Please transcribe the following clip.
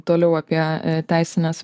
toliau apie teisines